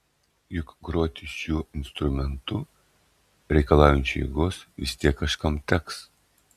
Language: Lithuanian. juk groti šiuo instrumentu reikalaujančiu jėgos vis tiek kažkam teks